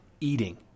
eating